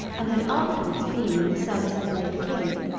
and had afterwards been in the service of the late king,